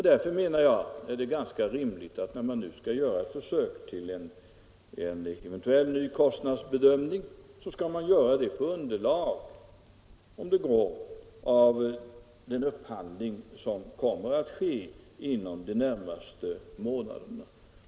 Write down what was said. Därför, menar jag, är det ganska rimligt, när man nu eventuellt skall göra ett försök till en ny kostnadsbedömning, att man gör det på underlag —- om det går - av den upphandling som kommer att ske inom de närmaste månaderna.